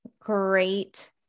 Great